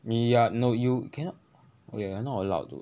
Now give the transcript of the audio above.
你 ya no you cannot okay you're not allowed to